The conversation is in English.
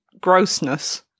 grossness